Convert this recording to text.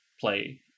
play